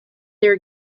there